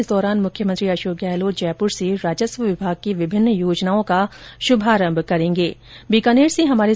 इस दौरान मुख्यमंत्री अशोक गहलोत जयपुर से राजस्व विभाग की विभिन्न योजनाओं का शुभारंभ करेंगे